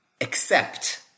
accept